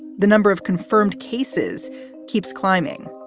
the number of confirmed cases keeps climbing.